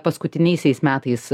paskutiniaisiais metais